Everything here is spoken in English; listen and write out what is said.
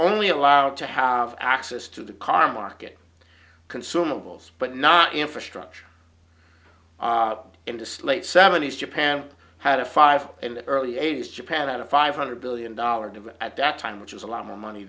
only allowed to have access to the car market consumables but not infrastructure into slate seventies japan had a five in the early eighty's japan out of five hundred billion dollars at that time which was a lot more